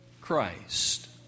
Christ